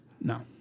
No